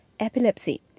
epilepsy